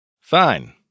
Fine